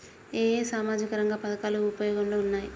ఏ ఏ సామాజిక రంగ పథకాలు ఉపయోగంలో ఉన్నాయి?